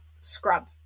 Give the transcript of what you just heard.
Scrub